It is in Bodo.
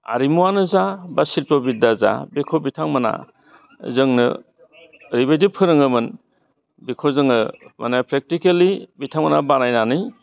आरिमुवानो जा बा शिल्प' बिध्या जा बेखौ बिथांमोनहा जोंनो ओरैबायदि फोरोङोमोन बेखौ जोङो मानि प्रेकटिकेलि बिथांमोनहा बानायनानै